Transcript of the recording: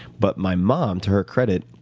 but my mom, to her credit,